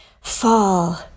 fall